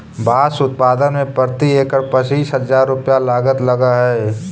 बाँस उत्पादन में प्रति एकड़ पच्चीस हजार रुपया लागत लगऽ हइ